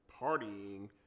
partying